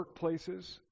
workplaces